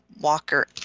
Walker